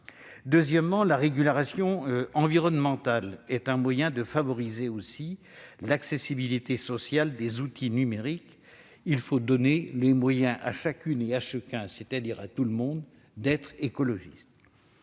demain. La régulation environnementale est un moyen de favoriser l'accessibilité sociale des outils numériques. Il faut donner à chacune et à chacun, c'est-à-dire à tout le monde, les moyens d'être écologiste.